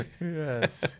Yes